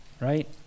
right